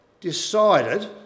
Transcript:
decided